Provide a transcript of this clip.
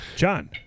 John